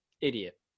Idiot